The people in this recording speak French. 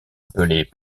appelées